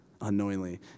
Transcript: unknowingly